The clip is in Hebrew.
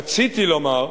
רציתי לומר,